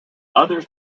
others